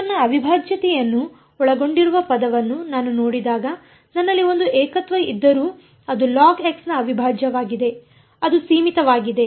ನ ಅವಿಭಾಜ್ಯತೆಯನ್ನು ಒಳಗೊಂಡಿರುವ ಪದವನ್ನು ನಾನು ನೋಡಿದಾಗ ನನ್ನಲ್ಲಿ ಒಂದು ಏಕತ್ವ ಇದ್ದರೂ ಅದು ನ ಅವಿಭಾಜ್ಯವಾಗಿದೆ ಅದು ಸೀಮಿತವಾಗಿದೆ